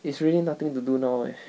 it's really nothing to do now leh